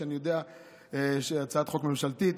שהיא הצעת חוק ממשלתית.